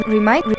Remind